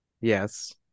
Yes